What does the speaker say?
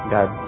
God